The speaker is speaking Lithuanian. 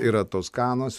yra toskanos